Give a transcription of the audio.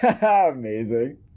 Amazing